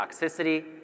toxicity